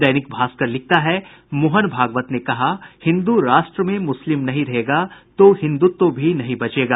दैनिक भास्कर लिखता है मोहन भागवत ने कहा हिन्दू राष्ट्र में मुस्लिम नहीं रहेगा तो हिंदुत्व भी नहीं बचेगा